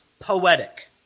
poetic